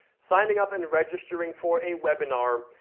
signing up and registering for a webinar,